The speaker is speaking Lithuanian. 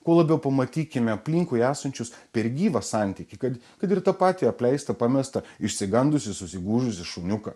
kuo labiau pamatykime aplinkui esančius per gyvą santykį kad kad ir tą patį apleistą pamestą išsigandusį susigūžusį šuniuką